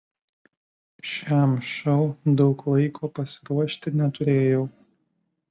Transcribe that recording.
šiam šou daug laiko pasiruošti neturėjau